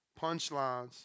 punchlines